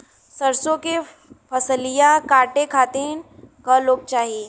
सरसो के फसलिया कांटे खातिन क लोग चाहिए?